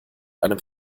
einem